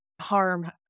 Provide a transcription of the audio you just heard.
harm